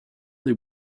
des